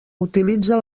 utilitza